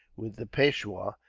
with the peishwar,